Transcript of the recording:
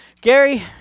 Gary